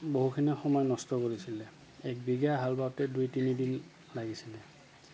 বহুখিনি সময় নষ্ট কৰিছিলে এক বিঘা হাল বাওঁতে দুই তিনিদিন লাগিছিলে